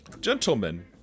Gentlemen